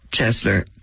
Chesler